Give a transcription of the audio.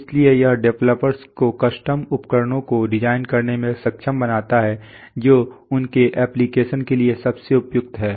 इसलिए यह डेवलपर्स को कस्टम उपकरणों को डिजाइन करने में सक्षम बनाता है जो उनके एप्लीकेशन के लिए सबसे उपयुक्त हैं